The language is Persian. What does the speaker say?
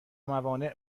موانع